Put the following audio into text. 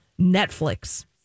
Netflix